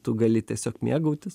tu gali tiesiog mėgautis